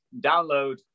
download